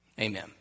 Amen